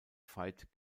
veit